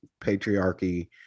patriarchy